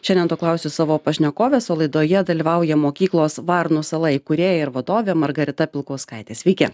šiandien to klausiu savo pašnekovės o laidoje dalyvauja mokyklos varnų sala įkūrėja ir vadovė margarita pilkauskaitė sveiki